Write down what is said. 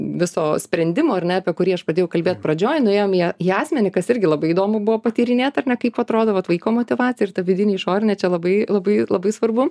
viso sprendimo ar ne apie kurį aš pradėjau kalbėt pradžioj nuėjom į į asmenį kas irgi labai įdomu buvo patyrinėt ar ne kaip atrodo vat vaiko motyvacija ir ta vidinė išorinė čia labai labai labai svarbu